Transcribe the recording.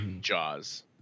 jaws